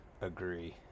agree